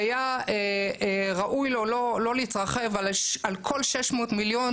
והיה ראוי לו לא התרחב על כל 600 מיליון